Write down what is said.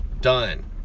done